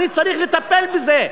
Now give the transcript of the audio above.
אני צריך לטפל בזה.